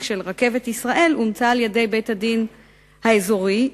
של רכבת ישראל על-ידי בית-הדין האזורי,